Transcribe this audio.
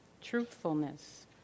truthfulness